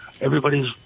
Everybody's